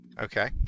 Okay